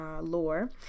lore